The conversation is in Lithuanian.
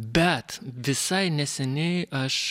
bet visai neseniai aš